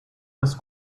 was